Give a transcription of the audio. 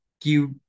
give